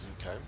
Okay